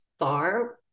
far